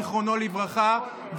זיכרונו לברכה,